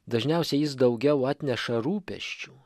dažniausiai jis daugiau atneša rūpesčių